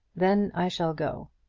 then i shall go.